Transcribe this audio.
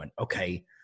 okay